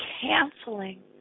canceling